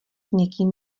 někým